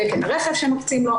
תקן רכב שמקצים לו,